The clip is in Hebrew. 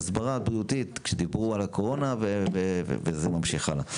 זו גם הסברה בריאותית כשדיברו על קורונה וזה ממשיך הלאה.